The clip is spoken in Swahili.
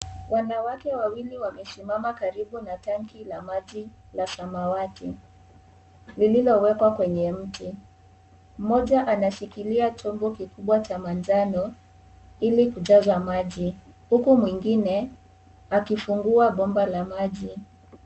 Wanawake wawili wamesimama karibu na tanki la maji la samawati, lililowekwa kwenye mti. Mmoja, anashikilia chombo kikubwa cha manjano, ili kujaza maji. Huku, mwingine akifungua bomba la maji.